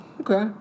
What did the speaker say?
Okay